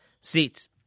seats